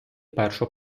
першу